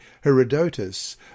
Herodotus